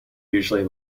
usually